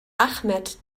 ahmed